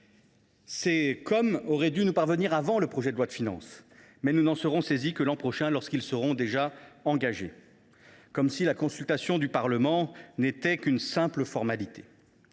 Ces COM auraient dû nous parvenir avant le projet de loi de finances, mes chers collègues. Nous n’en serons toutefois saisis que l’an prochain, alors qu’ils seront déjà engagés, comme si la consultation du Parlement n’était qu’une simple formalité.